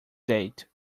date